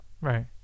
Right